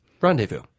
Rendezvous